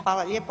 Hvala lijepo.